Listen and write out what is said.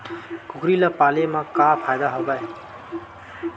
कुकरी ल पाले म का फ़ायदा हवय?